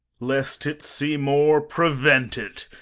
lest it see more, prevent it.